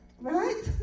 right